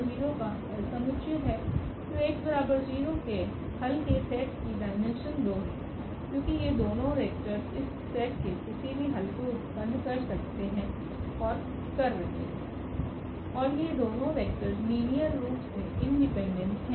तो 𝐴𝑥 0 के हल के सेटकी डाइमेन्शन 2 है क्योंकि ये दोनों वेक्टर इस सेट के किसी भी हल को उत्पन्न कर सकते हैं ओर कर रहे हैं और ये दोनों वेक्टर लिनियर रूप से इंडिपेंडेंट हैं